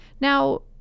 Now